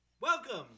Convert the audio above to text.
Welcome